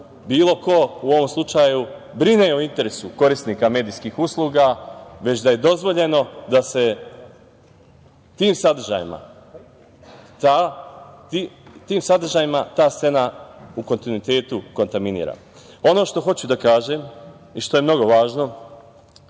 bilo ko u ovom slučaju brine o interesu korisnika medijskih usluga, već da je dozvoljeno da se tim sadržajima ta scena u kontinuitetu kontaminira. Ono što hoću da kažem i što je mnogo važno,